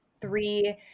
three